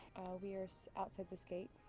we are so outside this gate.